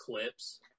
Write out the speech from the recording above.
clips